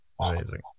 Amazing